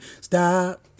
Stop